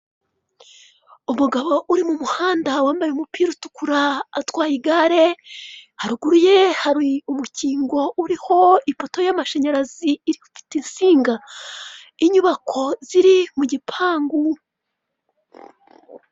Umugabo uri mu muhanda wambaye umupira utukura atwaye igare, haruguru ye hari urukingo uriho ipoto y'amashanyarazi ifite insinga, inyubako ziri mu gipangu.